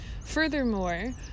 furthermore